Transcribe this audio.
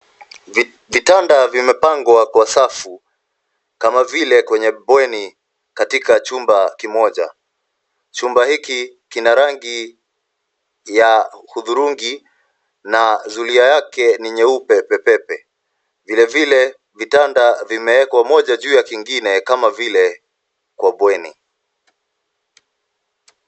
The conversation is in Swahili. Vitanda vimepangwa kwa safu kama vile kwenye bweni katika chumba kimoja. Chumba hiki kina rangi ya hudhurungi na zulia yake ni nyeupe pepepe. Vilevile vitanda vimeekwa moja juu ya kingine kama vile kwa bweni.